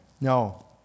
No